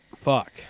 fuck